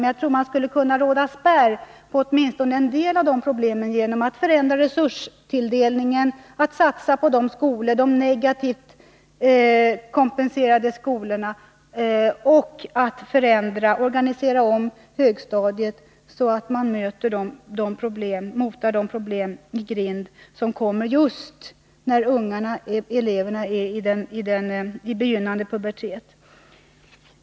Men jag tror också att man skulle kunna rida spärr mot åtminstone en del av de problemen genom att förändra resurstilldelningen, genom att satsa på de negativt kompenserade skolorna och att omorganisera högstadiet, så att man motar de problem i grind som kommer just när eleverna är i begynnande pubertet.